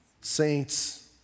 Saints